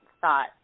thought